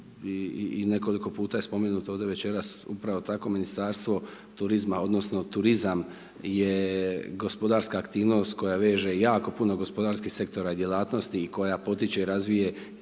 i nekoliko puta je spomenuto ovdje večeras upravo takvo Ministarstvo turizma odnosno turizam je gospodarska aktivnost koja veže jako puno gospodarskih sektora i djelatnosti i koja potiče i razvije cijelo